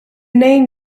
name